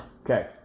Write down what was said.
Okay